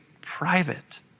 private